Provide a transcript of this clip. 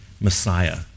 Messiah